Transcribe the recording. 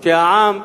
שהעם בונה,